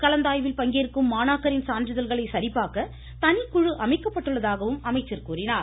கலந்தாய்வில் பங்கேற்கும் மாணவர்களின் சான்றிதழ்களை சரிபார்க்க தனிக்குழு அமைக்கப்பட்டுள்ளதாகவும் அமைச்சர் கூறினார்